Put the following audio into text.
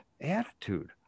attitude